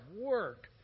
work